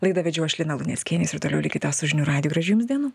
laidą vedžiau aš lina luneckienė jūs ir toliau likite su žinių radiju gražių jums dienų